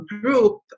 group